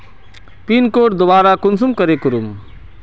Pin code दोबारा कुंसम करे करूम?